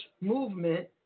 Movement